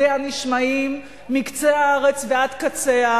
הדיה נשמעים מקצה הארץ ועד קצה,